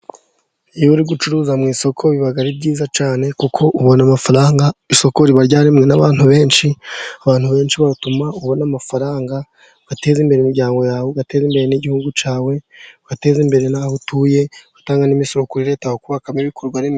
Iyo uri gucuruza mu isoko biba ari byiza cyane, kuko ubona amafaranga, isoko riba ryaremwe n'abantu benshi, abantu benshi batuma ubona amafaranga ugateza imbere imiryango yawe, ugateza imbere n'igihugu cyawe, ugateza imbere n'aho utuye, utanga n'imisoro kuri Leta bakubakamo ibikorwa remezo.